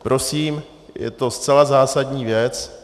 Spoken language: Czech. Prosím, je to zcela zásadní věc.